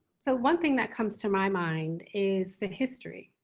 so one thing that comes to my mind is the history.